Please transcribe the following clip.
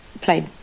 played